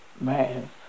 man